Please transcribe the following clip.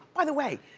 by the way,